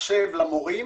מחשב למורים,